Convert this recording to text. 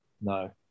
No